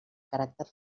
caràcter